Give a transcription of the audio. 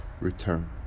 return